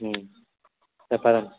చెప్పాలండి